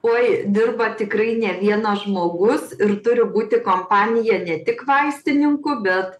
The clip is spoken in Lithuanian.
oi dirba tikrai ne vienas žmogus ir turi būti kompanija ne tik vaistininkų bet